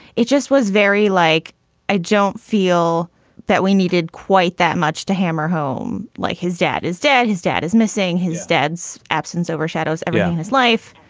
it just was very like i don't feel that we needed quite that much to hammer home like his dad is dead. his dad is missing. his dad's absence overshadows everything his life.